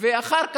ואחר כך,